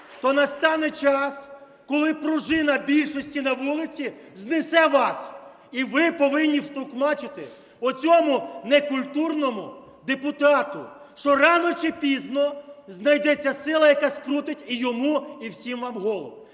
то настане час, коли пружина більшості на вулиці знесе вас. І ви повинні втокмачити оцьому некультурному депутату, що рано чи пізно знайдеться сила, яка скрутить і йому і всім вам голови.